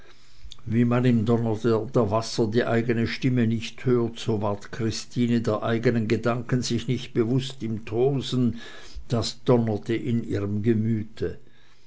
wie man im donner der wasser die eigene stimme nicht hört so ward christine der eigenen gedanken sich nicht bewußt im tosen das donnerte in ihrem gemüte